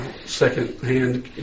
second-hand